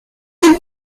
dem